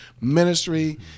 ministry